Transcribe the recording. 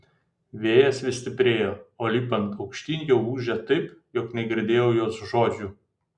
vėjas vis stiprėjo o lipant aukštyn jau ūžė taip jog negirdėjau jos žodžių